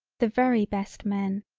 the very best men.